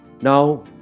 Now